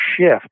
shift